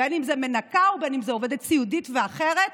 בין שזו מנקה ובין שזו עובדת סיעוד או אחרת,